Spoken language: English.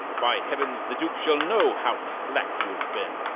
by heavens, the duke shall know how slack you have been!